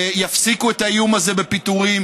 יפסיקו את האיום הזה בפיטורים,